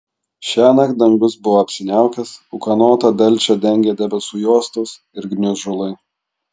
šiąnakt dangus buvo apsiniaukęs ūkanotą delčią dengė debesų juostos ir gniužulai